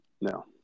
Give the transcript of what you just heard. No